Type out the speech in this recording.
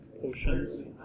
potions